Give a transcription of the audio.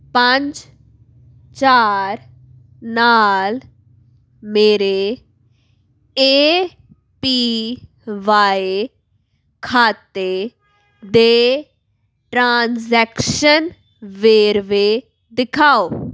ਪੰਜ ਚਾਰ ਨਾਲ ਮੇਰੇ ਏ ਪੀ ਵਾਏ ਖਾਤੇ ਦੇ ਟ੍ਰਾਂਸੈਕਸ਼ਨ ਵੇਰਵੇ ਦਿਖਾਓ